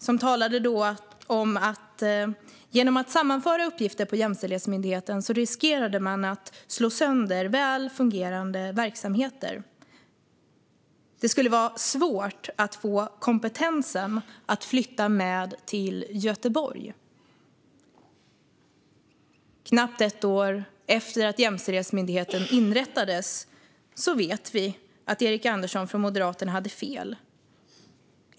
Han talade då om att man genom att sammanföra uppgifter på Jämställdhetsmyndigheten riskerade att slå sönder väl fungerande verksamheter. Det skulle vara svårt att få kompetensen att flytta med till Göteborg. Knappt ett år efter att Jämställdhetsmyndigheten inrättades vet vi att Erik Andersson från Moderaterna hade fel.